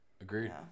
Agreed